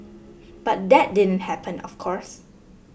but that didn't happen of course